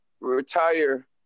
retire